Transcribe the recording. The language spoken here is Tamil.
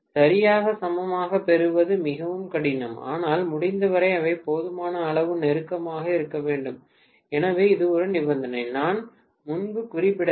சரியாக சமமாகப் பெறுவது மிகவும் கடினம் ஆனால் முடிந்தவரை அவை போதுமான அளவு நெருக்கமாக இருக்க வேண்டும் எனவே இது ஒரு நிபந்தனை நான் முன்பு குறிப்பிடவில்லை